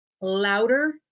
louder